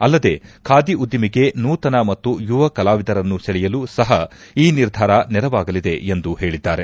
ಅಲ್ಲದೇ ಖಾದಿ ಉದ್ದಿಮೆಗೆ ನೂತನ ಮತ್ತು ಯುವ ಕಲಾವಿದರನ್ನು ಸೆಳೆಯಲು ಸಹ ಈ ನಿರ್ಧಾರ ನೆರವಾಗಲಿದೆ ಎಂದು ಹೇಳಿದ್ದಾರೆ